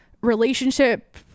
relationship